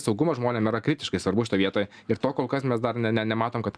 saugumas žmonėm yra kritiškai svarbus šitoj vietoj ir to kol kas mes dar ne ne nematom kad